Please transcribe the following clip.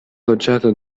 loĝata